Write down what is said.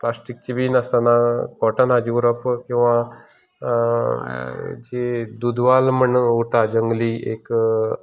प्लास्टिकचे बी नासतना कॉटन हाजें उरप किंवां जी दूदवाल म्हण उरता जंगली एक